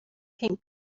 pink